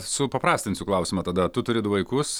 supaprastinsiu klausimą tada tu turi du vaikus